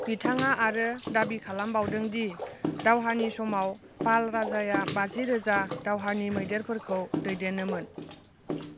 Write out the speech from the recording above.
बिथाङा आरो दाबि खालाम बावदोंदि दावहानि समाव पाल राजाया बाजिरोजा दावहानि मैदेरफोरखौ दैदेनोमोन